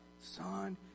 Son